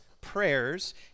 prayers